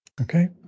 Okay